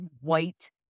white